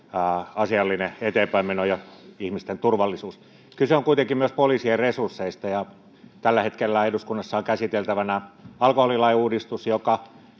asiallinen eteenpäinmeno ja ihmisten turvallisuus kyse on kuitenkin myös poliisien resursseista tällä hetkellä eduskunnassa on käsiteltävänä alkoholilain uudistus joka